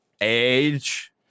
age